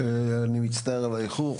אני מצטער על האיחור.